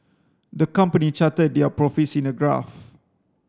the company charted their profits in a graph